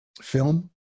film